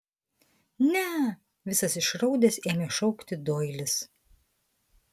ne visas išraudęs ėmė šaukti doilis